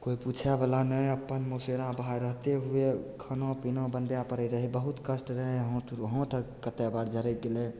कोइ पुछयवला नहि अपन मौसेरा भाय रहते हुए खाना पीना बनबय पड़य रहय बहुत कष्ट रहय हाथ हाथ कते बार झड़कि गेलय